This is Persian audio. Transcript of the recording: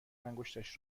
انگشتش